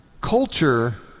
Culture